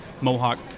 Mohawk